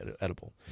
edible